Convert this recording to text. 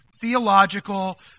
theological